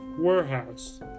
warehouse